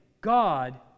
God